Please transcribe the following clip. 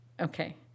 Okay